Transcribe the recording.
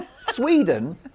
Sweden